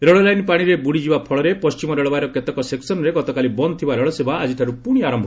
ରେଳଲାଇନ୍ ପାଣିରେ ବୁଡ଼ିଯିବା ଫଳରେ ପଣ୍ଢିମ ରେଳବାଇର କେତେକ ସେକ୍ସନ୍ରେ ଗତକାଲି ବନ୍ଦ୍ ଥିବା ରେଳସେବା ଆଜିଠାରୁ ପୁଣି ଆରମ୍ଭ